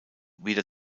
wieder